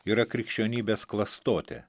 yra krikščionybės klastotė